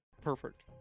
Perfect